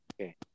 Okay